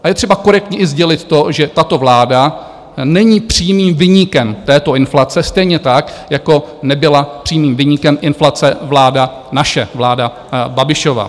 A je třeba korektně i sdělit to, že tato vláda není přímým viníkem této inflace, stejně tak, jako nebyla přímým viníkem inflace vláda naše, vláda Babišova.